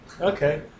Okay